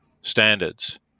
standards